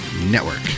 Network